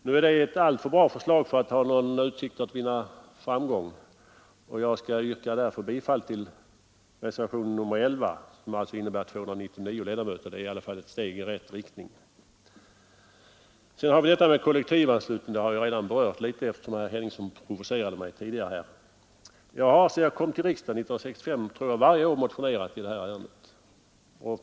Nu är det ett alltför bra förslag för att ha någon utsikt att vinna framgång, och jag skall därför yrka bifall till reservationen 11, som alltså innebär 299 ledamöter. Det är i alla fall ett steg i rätt riktning. Detta med kollektivanslutning har jag redan berört litet, eftersom herr Henningsson provocerade mig tidigare. Sedan jag kom till riksdagen 1965 har jag varje år, tror jag, motionerat i detta ärende.